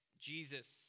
Jesus